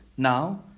Now